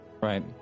Right